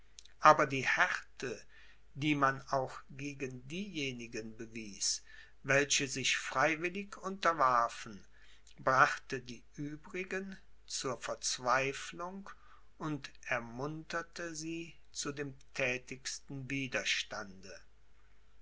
aber die härte die man auch gegen diejenigen bewies welche sich freiwillig unterwarfen brachte die übrigen zur verzweiflung und ermunterte sie zu dem thätigsten widerstande